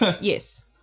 Yes